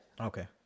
Okay